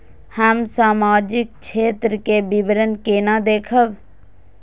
हम सामाजिक क्षेत्र के विवरण केना देखब?